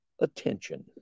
attention